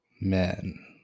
men